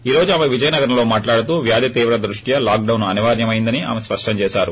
ఈ రోజు ఆమె విజయనగరంలో మాట్లాడుతూ వ్యాధి తీవ్రత దృష్ట్యా లాక్ డొన్ అనివార్యమయ్యందని ఆమె స్పష్టం చేకారు